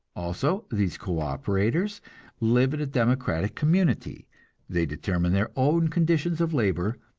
also, these co-operators live in a democratic community they determine their own conditions of labor,